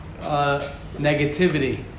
negativity